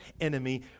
enemy